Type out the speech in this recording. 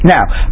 Now